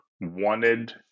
wanted